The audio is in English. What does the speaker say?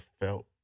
felt